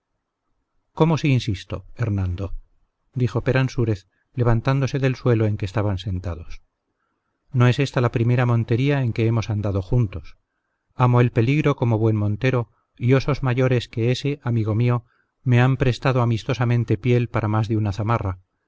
cómo si insisto hernando dijo peransúrez levantándose del suelo en que estaban sentados no es esta la primera montería en que hemos andado juntos amo el peligro como buen montero y osos mayores que ése amigo mío me han prestado amistosamente piel para más de una zamarra